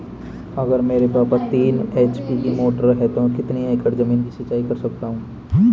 अगर मेरे पास तीन एच.पी की मोटर है तो मैं कितने एकड़ ज़मीन की सिंचाई कर सकता हूँ?